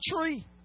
tree